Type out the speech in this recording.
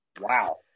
Wow